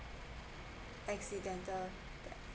accidental death